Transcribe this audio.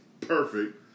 perfect